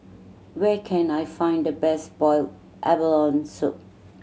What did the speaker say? where can I find the best boiled abalone soup